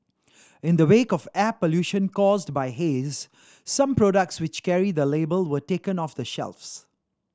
in the wake of air pollution caused by haze some products which carry the label were taken off the shelves